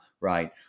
right